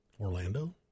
Orlando